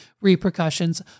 repercussions